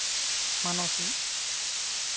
Manoshi